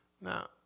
Now